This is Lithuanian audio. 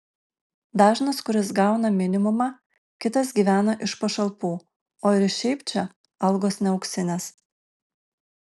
dažnas kuris gauna minimumą kitas gyvena iš pašalpų o ir šiaip čia algos ne auksinės